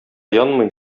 янмый